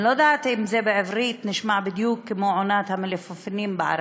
אני לא יודעת אם בעברית זה נשמע בדיוק כמו עונת המלפפונים בערבית,